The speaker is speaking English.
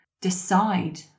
decide